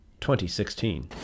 2016